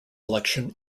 election